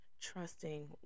trusting